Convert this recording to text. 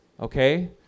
okay